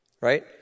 right